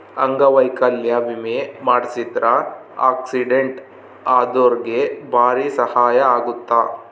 ಅಂಗವೈಕಲ್ಯ ವಿಮೆ ಮಾಡ್ಸಿದ್ರ ಆಕ್ಸಿಡೆಂಟ್ ಅದೊರ್ಗೆ ಬಾರಿ ಸಹಾಯ ಅಗುತ್ತ